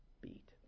beat